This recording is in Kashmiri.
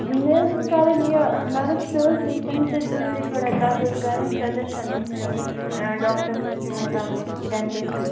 مےٚ حظ ٲسۍ کَرٕنۍ یہِ نٔرٕس چھِ مےٚ ٲسۍ تٔمِس سۭتۍ ضروٗری تھوڑا کَتھ ٲس کَرٕنۍ سَجیشن اوس نِنۍ آ ڈاکٹر نِس مُطٲنِق ڈینٹِسٹَس